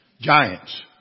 Giants